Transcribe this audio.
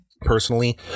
personally